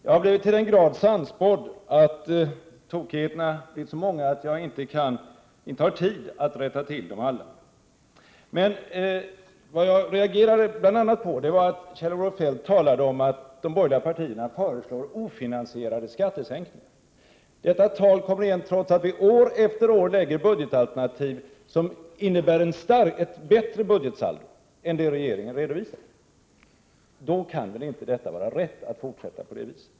Jag har blivit i hög grad sannspådd, och tokigheterna har blivit så många att jag inte har tid att bemöta dem alla. Jag reagerade bl.a. mot att Kjell-Olof Feldt talade om att de borgerliga partierna föreslår ofinansierade skattesänkningar. Detta tal kommer igen trots att vi år efter år lägger fram budgetalternativ som ger ett bättre budgetsaldo än det som regeringen redovisar. Det är alltså helt obefogat att fortsätta att säga så.